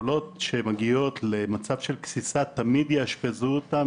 חולות שמגיעות למצב של גסיסה - תמיד יאשפזו אותן,